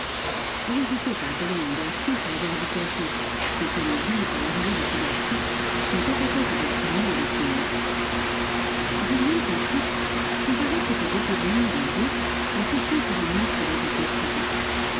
elle hésitait à appeler un garçon pour avoir du café comprenant bien qu'à l'arrivée de ce garçon son tête-à-tête avec julien allait finir julien pensif comparait cette beauté blonde et gaie à certains souvenirs qui l'agitaient souvent